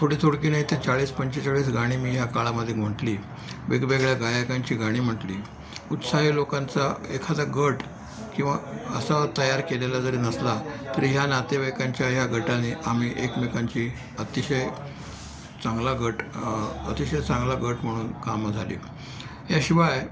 थोडी थोडकी नाही तर चाळीस पंचेचाळीस गाणी मी ह्या काळामध्ये म्हटली वेगवेगळ्या गायकांची गाणी म्हटली उत्साही लोकांचा एखादा गट किंवा असा तयार केलेला जरी नसला तरी ह्या नातेवाईकांच्या ह्या गटाने आम्ही एकमेकांशी अतिशय चांगला गट अतिशय चांगला गट म्हणून कामं झाली याशिवाय